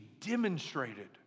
demonstrated